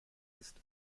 ist